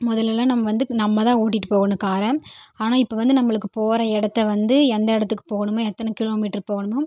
முதல்லலாம் நம்ம வந்து நம்ம தான் ஓட்டிட்டு போகணும் காரை ஆனால் இப்போ வந்து நம்மளுக்கு போகிற இடத்த வந்து எந்த இடத்துக்கு போகணுமே எத்தனை கிலோமீட்ரு போகணுமோ